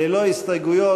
ללא הסתייגויות.